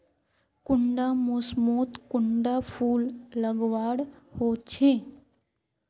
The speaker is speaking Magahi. कुंडा मोसमोत कुंडा फुल लगवार होछै?